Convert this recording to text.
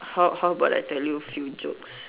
how how about I tell you few jokes